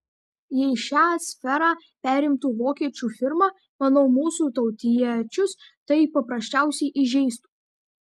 jei šią sferą perimtų vokiečių firma manau mūsų tautiečius tai paprasčiausiai įžeistų